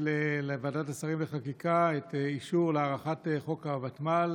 לאישור ועדת השרים לחקיקה את הארכת חוק הוותמ"ל.